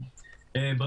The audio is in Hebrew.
הדיון.